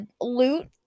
loot